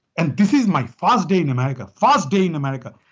and this is my first day in america. first day in america!